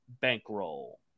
bankroll